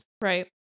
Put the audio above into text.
right